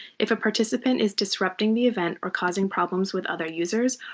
if a participant is disrupting the event or causing problems with other users,